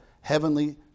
heavenly